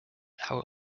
our